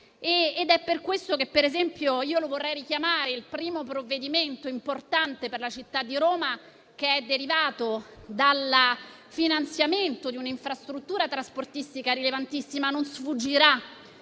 e per questo, ad esempio, io vorrei richiamare il primo provvedimento importante per la città di Roma che è derivato dal finanziamento di un infrastruttura trasportistica rilevantissima. Non sfuggirà